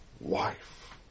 wife